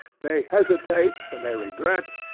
they hesitate, and they regret,